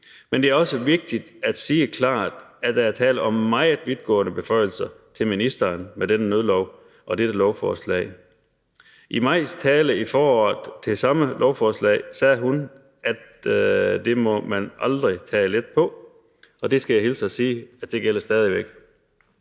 Men det er også vigtigt at sige klart, at der er tale om meget vidtgående beføjelser til ministeren med denne nødlov og dette lovforslag. I Mai Mercados tale i foråret ved samme lovforslag sagde hun, at det må man aldrig tage let på, og det skal jeg hilse og sige gælder stadig væk.